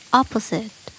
opposite